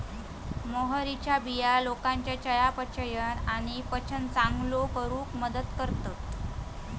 मोहरीच्या बिया लोकांच्या चयापचय आणि पचन चांगलो करूक मदत करतत